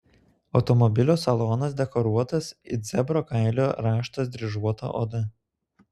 automobilio salonas dekoruotas it zebro kailio raštas dryžuota oda